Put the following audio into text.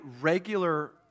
regular